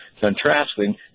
Contrasting